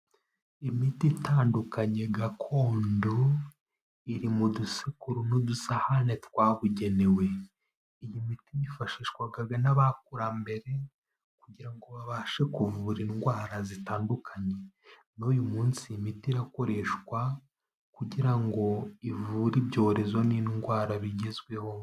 Imiti itandukanye gakondo, iri mu dusekuru n'udusahane twabugenewe, iyi miti yifashishwaga n'abakurambere, kugira ngo babashe kuvura indwara zitandukanye, n'uyu munsi imiti irakoreshwa kugira ngo ivure ibyorezo n'indwara bigezweho.